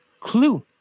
clue